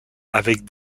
avec